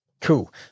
Cool